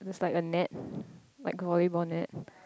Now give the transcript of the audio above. looks like a net like volleyball net